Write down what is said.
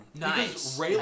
Nice